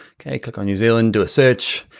okay, click on new zealand, do a search.